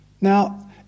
Now